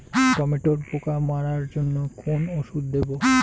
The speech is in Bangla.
টমেটোর পোকা মারার জন্য কোন ওষুধ দেব?